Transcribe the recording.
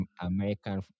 American